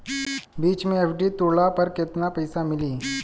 बीच मे एफ.डी तुड़ला पर केतना पईसा मिली?